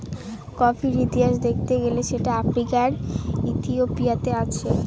কফির ইতিহাস দেখতে গেলে সেটা আফ্রিকার ইথিওপিয়াতে আছে